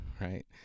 right